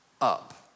up